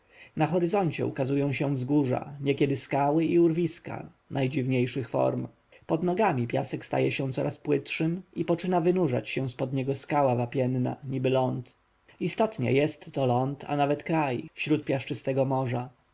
na horyzoncie ukazują się wzgórza niekiedy skały i urwiska najdziwniejszych form pod nogami piasek staje się coraz płytszym i poczyna wynurzać się z pod niego skała wapienna niby ląd istotnie jest to ląd a nawet kraj wśród piaszczystego morza